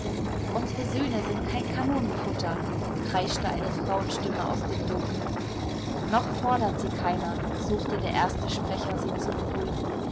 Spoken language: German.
unsere söhne sind kein kanonenfutter kreischte eine frauenstimme aus dem dunkel noch fordert sie keiner suchte der erste sprecher sie zu beruhigen